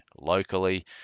locally